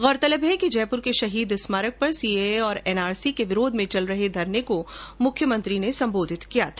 गौरतलब है कि जयपूर के शहीद स्मारक पर सीएए और एनआरसी के विरोध में चल रहे धरने को मुख्यमंत्री ने संबोधित किया था